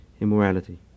immorality